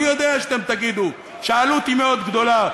אני יודע שאתם תגידו שהעלות היא מאוד גדולה,